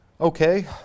Okay